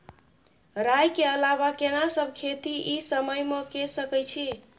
राई के अलावा केना सब खेती इ समय म के सकैछी?